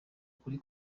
kuri